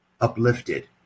uplifted